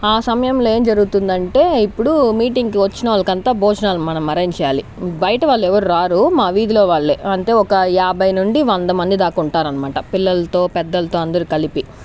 ఆ సమయంలో ఏమి జరుగుతుందంటే ఇప్పుడు మీటింగ్కు వచ్చిన వాళ్ళకు అంతా భోజనాలు మనం అరేంజ్ చేయాలి బయట వాళ్ళు ఎవరూ రారు మా వీధిలో వాళ్ళే అంటే ఒక యాభై నుండి వంద మంది దాకా ఉంటారనమాట పిల్లలతో పెద్దలతో అందరూ కలిపి